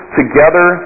together